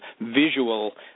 visual